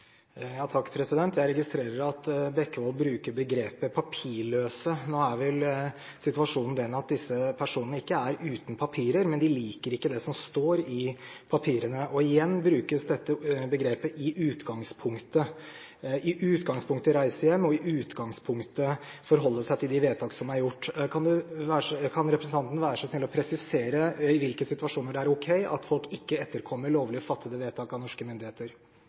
Jeg registrerer at Bekkevold bruker begrepet «papirløse». Nå er vel situasjonen den at disse personene ikke er uten papirer, men at de ikke liker det som står i papirene. Igjen brukes dette begrepet «i utgangspunktet» – i utgangspunktet reise hjem og i utgangspunktet forholde seg til de vedtak som er gjort. Kan representanten være så snill å presisere i hvilke situasjoner det er ok at folk ikke etterkommer lovlig fattede vedtak av norske myndigheter?